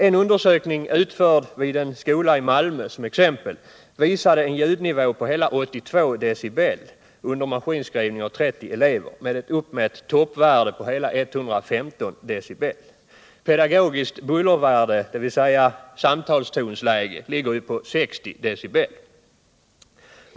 En undersökning utförd vid en skola i Malmö visade exempelvis en ljudnivå på hela 82 decibel under maskinskrivning av 30 elever och med uppmätt toppvärde på hela 115 decibel. Pedagogiskt bullervärde, dvs. samtalstonsläge, ligger på 60 decibel.